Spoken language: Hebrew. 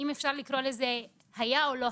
אנחנו רואים בדיוק מה קורה בתוך בתי החולים.